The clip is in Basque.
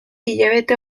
hilabete